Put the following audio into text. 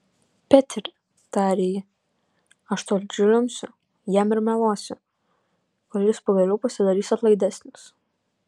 peteri tarė ji aš tol žliumbsiu jam ir meluosiu kol jis pagaliau pasidarys atlaidesnis